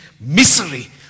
misery